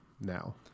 now